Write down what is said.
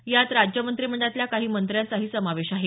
यात राज्य मंत्रिमंडळातल्या काही मंत्र्यांचाही समावेश आहे